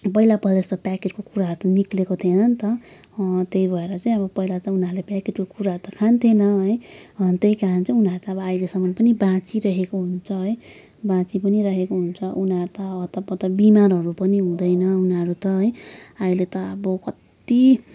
पहिला पहिला यस्तो प्याकेटको कुराहरू त निस्किएको थिएन नि त हो त्यही भएर चाहिँ अब पहिला त उनीहरूले प्याकेटको कुराहरू त खान्थेन है त्यही कारण चाहिँ उनीहरू त अहिलेसम्म पनि बाँचिरहेको हुन्छ है बाँची पनि रहेको हुन्छ उनीहरू त हतपत बिमारहरू पनि हुँदैन उनीहरू त है अहिले त अब कति